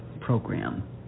program